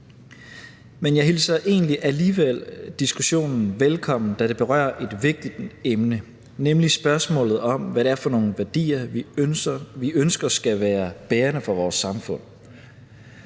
Men jeg hilser egentlig alligevel diskussionen velkommen, da det berører et vigtigt emne, nemlig spørgsmålet om, hvad det er for nogle værdier, vi ønsker skal være bærende for vores samfund.